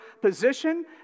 position